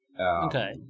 Okay